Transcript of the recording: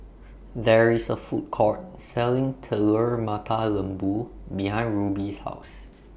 There IS A Food Court Selling Telur Mata Lembu behind Rubye's House